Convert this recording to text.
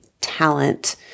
talent